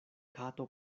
kato